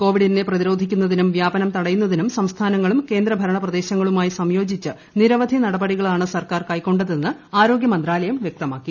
കോവിഡിനെ പ്രതിരോധിക്കുന്നതിനും വ്യാപനം തടയുന്നതിനും സംസ്ഥാനൂങ്ങളും കേന്ദ്ര ഭരണ പ്രദേശങ്ങളുമായി സംയ്യോജിച്ച് നിരവധി നടപടികളാണ് സർക്കാർ ക്ടൈക്കൊണ്ടതെന്ന് ആരോഗ്യമന്ത്രാലയം വ്യക്തമാക്കി